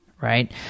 Right